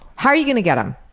how are you gonna get em?